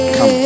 Come